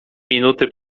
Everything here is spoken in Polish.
minuty